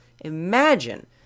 imagine